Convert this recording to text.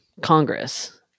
Congress